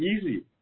easy